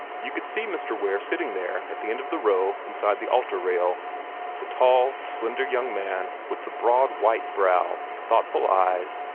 you could see mr. ware sitting there at the end of the row inside the altar-rail the tall, slender young man with the broad white brow, thoughtful eyes,